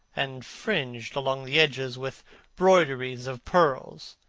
and fringed along the edges with broideries of pearls,